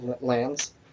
lands